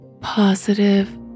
positive